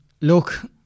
Look